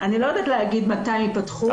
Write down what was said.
אני לא יודעת להגיד מתי הם ייפתחו.